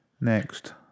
Next